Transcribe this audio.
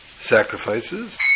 sacrifices